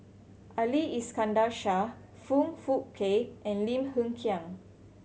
Ali Iskandar Shah Foong Fook Kay and Lim Hng Kiang